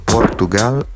Portugal